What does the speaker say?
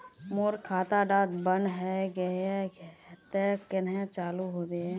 मोर खाता डा बन है गहिये ते कन्हे चालू हैबे?